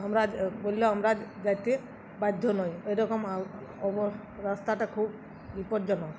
আমরা বললেও আমরা জাইতে বাধ্য নয় এরকম অব রাস্তাটা খুব বিপ্জনক